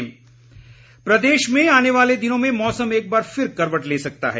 मौसम प्रदेश में आने वाले दिनों में मौसम एकबार फिर करवट ले सकता है